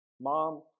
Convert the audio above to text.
mom